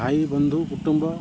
ଭାଇବନ୍ଧୁ କୁଟୁମ୍ବ